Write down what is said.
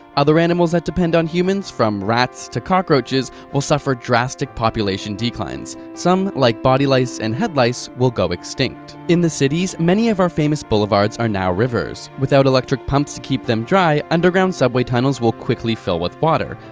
other animals that depend on humans, from rats to cockroaches, will suffer drastic population declines. some, like body lice and head lice, will go extinct. in the cities, many of our famous boulevards are now rivers. without electric pumps to keep them dry, underground subway tunnels will quickly fill with water.